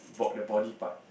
got the body part